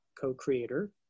co-creator